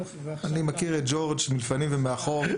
אני מכיר את ג'ורג' מלפנים ומאחור.